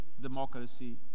democracy